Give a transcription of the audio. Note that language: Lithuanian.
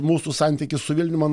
mūsų santykis su vilnium man